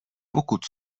pokud